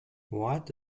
what